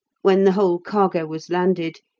when the whole cargo was landed,